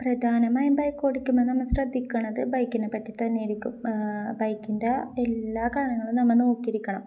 പ്രധാനമായും ബൈക്ക് ഓടിക്കുമ്പോള് നമ്മള് ശ്രദ്ധിക്കുന്നത് ബൈക്കിനെപ്പറ്റി തന്നെയായിരിക്കും ബൈക്കിൻ്റെ എല്ലാ കാര്യങ്ങളും നമ്മള് നോക്കിയിരിക്കണം